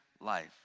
life